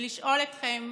ולשאול אתכם: